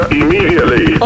immediately